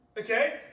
Okay